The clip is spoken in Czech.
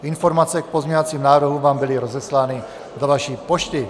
Informace k pozměňovacím návrhům vám byly rozeslány do vaší pošty.